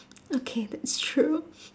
okay that's true